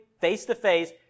face-to-face